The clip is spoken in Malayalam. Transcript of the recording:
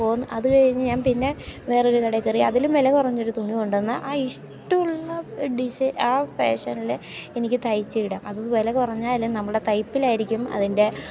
പോന്ന് അതു കഴിഞ്ഞ് ഞാൻ പിന്നെ വേറൊരു കടയിൽക്കയറി അതിലും വില കുറഞ്ഞൊരു തുണി കൊണ്ടുവന്ന് ആ ഇഷ്ടമുള്ള ഡിസൈ ആ ഫാഷനിൽ എനിക്ക് തയ്ച്ച് ഇടാം അത് വില കുറഞ്ഞാലും നമ്മളെ തയ്പ്പിലായിരിക്കും അതിൻ്റെ